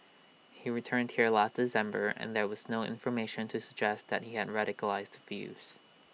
he returned here last December and there was no information to suggest that he had radicalised views